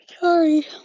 sorry